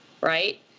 right